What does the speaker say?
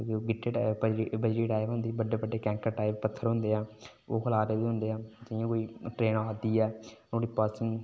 गीह्टे टाइप बजरी टाइप होंदी बड़े बड़े कैंकर टाइप पत्थर होंदे ओह् खलारे दे होंदे न जि'यां कोई ट्रैन आ दी ऐ नुहाड़ी